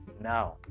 now